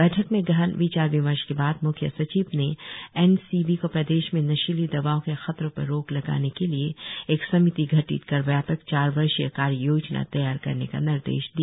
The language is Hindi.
बैठक में गहन विचार विमर्श के बाद म्ख्य सचिव ने एन सी बी को प्रदेश में नशीली दवाओं के खतरों पर रोक लगाने के लिए एक समिति गठित कर व्यापक चार वर्षीय कार्य योजना तैयार करने का निर्देश दिया